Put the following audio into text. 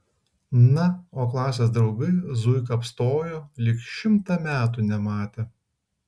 na o klasės draugai zuiką apstojo lyg šimtą metų nematę